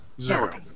Zero